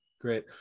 Great